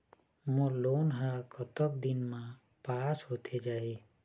मोर loan हा कतक दिन मा पास होथे जाही?